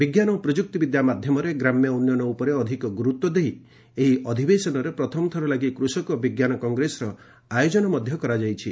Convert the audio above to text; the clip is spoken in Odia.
ବିଜ୍ଞାନ ଓ ପ୍ରଯ୍କ୍ତିବିଦ୍ୟା ମାଧ୍ୟମରେ ଗ୍ରାମ୍ୟ ଉନ୍ନୟନ ଉପରେ ଅଧିକ ଗୁର୍ରତ୍ୱ ଦେଇ ଏହି ଅଧିବେଶନରେ ପ୍ରଥମଥର ଲାଗି କୃଷକ ବିଜ୍ଞାନ କଂଗ୍ରେସର ଆୟୋଜନ କରାଯାଇଛି